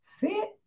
fit